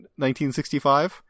1965